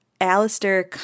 Alistair